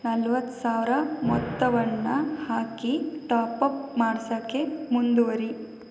ನಲವತ್ತು ಸಾವಿರ ಮೊತ್ತವನ್ನು ಹಾಕಿ ಟಾಪ್ ಅಪ್ ಮಾಡ್ಸೋಕ್ಕೆ ಮುಂದುವರೆಸಿ